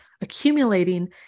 accumulating